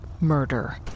murder